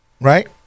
right